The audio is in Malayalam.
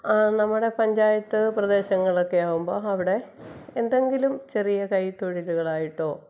ആ നമ്മുടെ പഞ്ചായത്ത് പ്രദേശങ്ങളൊക്കെ ആകുമ്പം അവിടെ എന്തെങ്കിലും ചെറിയ കൈത്തൊഴിലുകളായിട്ടോ